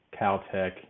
Caltech